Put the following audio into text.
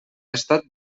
estat